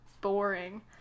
boring